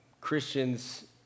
Christians